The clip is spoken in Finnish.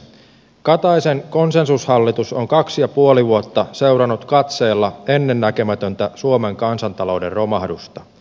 kataisen konsensushallitus on kaksi ja puoli vuotta seurannut katseella ennennäkemätöntä suomen kansantalouden romahdusta